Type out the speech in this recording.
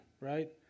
right